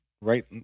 right